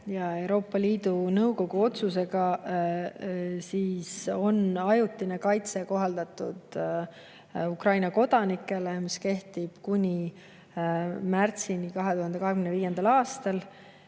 ja Euroopa Liidu Nõukogu otsusega on ajutine kaitse kohaldatud Ukraina kodanikele. See kehtib kuni märtsini 2025. aastal.